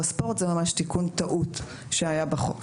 ספורט";" זה ממש תיקון טעות שהייתה בחוק,